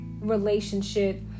relationship